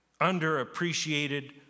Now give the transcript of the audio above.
underappreciated